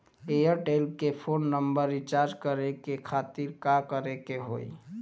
Airtel के phone number recharge करे के खातिर का करे के होई?